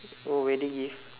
oh wedding gift